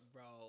Bro